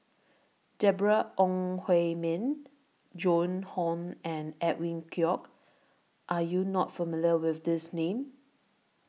Deborah Ong Hui Min Joan Hon and Edwin Koek Are YOU not familiar with These Names